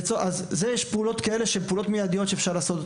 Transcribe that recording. אז יש פעולות מידיות שאפשר לעשות.